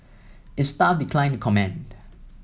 its staff declined to comment